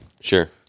sure